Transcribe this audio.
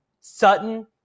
Sutton